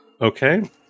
Okay